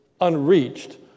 unreached